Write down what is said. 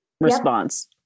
response